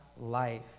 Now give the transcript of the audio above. life